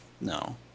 No